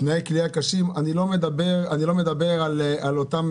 תנאי כליאה קשים, אני לא מדבר על אותם